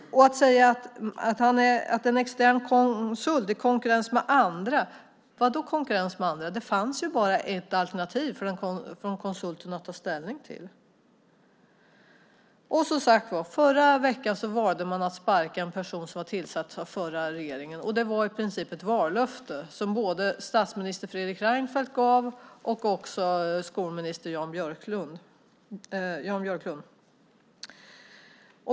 Att säga "en extern konsult i konkurrens med andra" - vilken konkurrens med andra? Det fanns ju bara ett alternativ för konsulten att ta ställning till. Och, som sagt var, förra veckan valde man att sparka en person som tillsatts av den förra regeringen. Det var i princip ett vallöfte som både statsminister Fredrik Reinfeldt och utbildningsminister Jan Björklund gav.